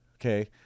okay